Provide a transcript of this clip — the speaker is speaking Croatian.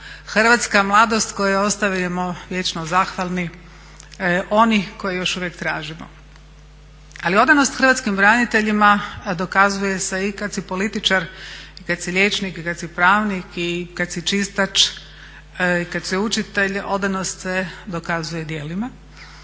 hrvatska mladost kojoj ostajemo vječno zahvalni, oni koje još uvijek tražimo. Ali odanost hrvatskim braniteljima dokazuje se i kad si političar i kad si liječnik i kad si pravnik i kad si čistač i kad si učitelj odanost se dokazuje djelima,